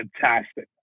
fantastic